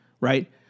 right